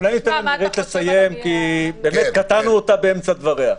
אולי ניתן לה לסיים, כי קטענו אותה באמצע דבריה.